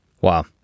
wow